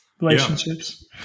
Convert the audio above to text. Relationships